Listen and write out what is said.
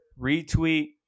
retweet